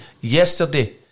yesterday